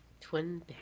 Twin